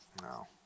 No